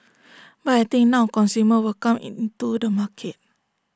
but I think now consumers will come in to the market